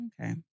Okay